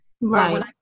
right